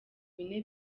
bine